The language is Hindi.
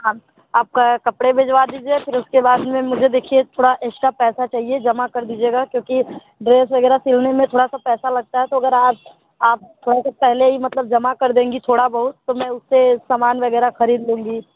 आप आप के कपड़े भिजवा दीजिए फिर उसके बाद में मुझे देखिए थोड़ा एस्ट्रा पैसा चाहिए जमा कर दीजिएगा क्योंकि ड्रेस वग़ैरह सिलने में थोड़ा सा पैसा लगता है तो अगर आप आप थोड़े से पहले ही मतलब जमा कर देंगी थोड़ा बहुत तो मैं उससे सामान वग़ैरह ख़रीद लूँगी